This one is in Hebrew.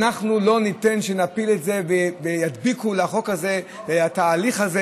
אנחנו לא ניתן להפיל את זה ושידביקו לחוק הזה ולתהליך הזה